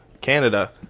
Canada